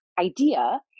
idea